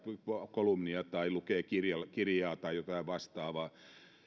kolumnia tai lukee kirjaa kirjaa tai jotain vastaavaa